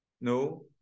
No